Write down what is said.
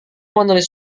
menulis